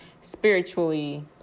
spiritually